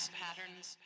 patterns